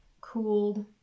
cooled